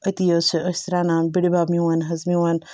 أتی حظ چھِ أسۍ رَنان بٔڈِ بَب میون حظ میون